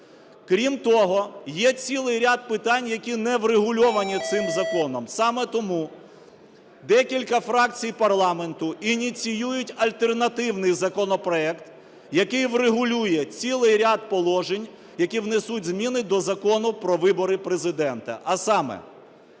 Крім того, є цілий ряд питань, які не врегульовані цим законом. Саме тому декілька фракцій парламенту ініціюють альтернативний законопроект, який врегулює цілий ряд положень, які внесуть зміни до Закону про вибори Президента.